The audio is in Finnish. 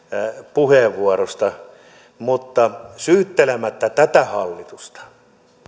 puheenvuorosta mutta syyttelemättä tätä hallitusta